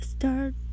Start